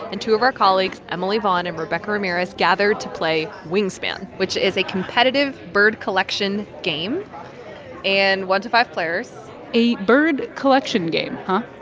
and two of our colleagues, emily vaughn and rebecca ramirez, gathered to play wingspan, which is a competitive bird collection game and one to five players a bird collection game, huh?